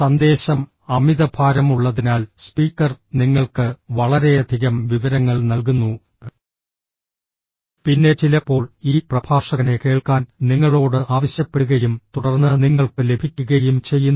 സന്ദേശം അമിതഭാരമുള്ളതിനാൽ സ്പീക്കർ നിങ്ങൾക്ക് വളരെയധികം വിവരങ്ങൾ നൽകുന്നു പിന്നെ ചിലപ്പോൾ ഈ പ്രഭാഷകനെ കേൾക്കാൻ നിങ്ങളോട് ആവശ്യപ്പെടുകയും തുടർന്ന് നിങ്ങൾക്ക് ലഭിക്കുകയും ചെയ്യുന്നു